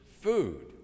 food